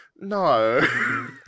No